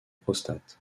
prostate